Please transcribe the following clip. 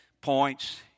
points